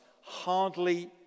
hardly